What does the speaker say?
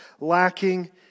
lacking